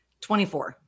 24